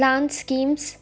plans schemes